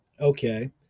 Okay